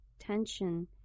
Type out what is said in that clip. Tension